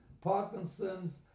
parkinson's